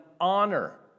honor